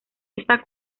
esta